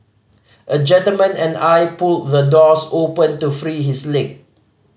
a gentleman and I pulled the doors open to free his leg